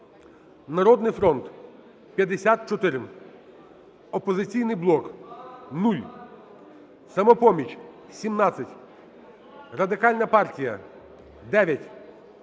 "Народний фронт" – 54, "Опозиційний блок" – 0, "Самопоміч" – 17, Радикальна партія – 9,